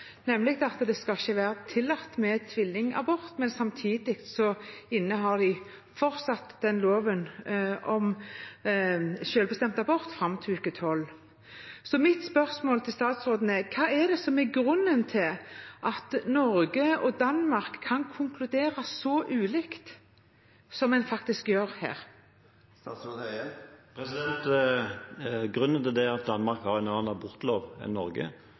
nemlig at det ikke skal være tillatt med tvillingabort, men samtidig innehar de fortsatt loven om selvbestemt abort fram til uke tolv. Så mitt spørsmål til statsråden er: Hva er grunnen til at Norge og Danmark kan konkludere så ulikt som en faktisk gjør her? Grunnen til det er at Danmark har en annen abortlov enn Norge,